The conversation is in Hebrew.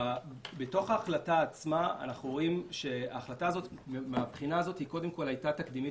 בתוך ההחלטה עצמה אנחנו רואים שההחלטה הזאת הייתה תקדימית